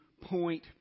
point